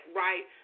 right